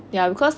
ya because